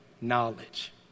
knowledge